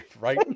Right